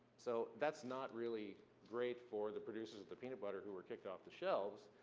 so that's not really great for the producers of the peanut butter who were kicked off the shelves,